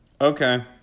Okay